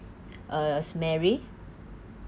uh is mary